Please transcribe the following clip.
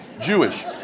Jewish